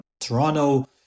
Toronto